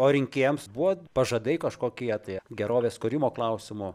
o rinkėjams buvo pažadai kažkokie tai gerovės kūrimo klausimu